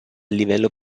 livello